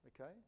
Okay